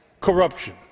corruption